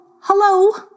hello